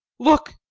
look,